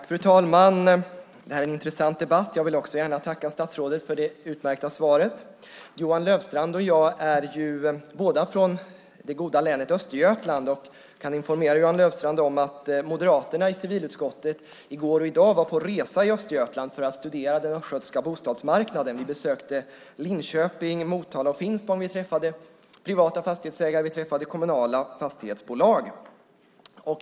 Fru talman! Det här är en intressant debatt. Också jag vill gärna tacka statsrådet för det utmärkta svaret. Johan Löfstrand och jag är båda från det goda länet Östergötland. Jag kan informera Johan Löfstrand om att moderaterna i civilutskottet i går och i dag var på resa i Östergötland för att studera den östgötska bostadsmarknaden. Vi besökte Linköping, Motala och Finspång och träffade privata fastighetsägare och kommunala fastighetsbolag.